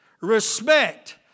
respect